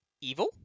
evil